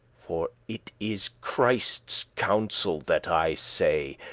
for it is christes counsel that i say,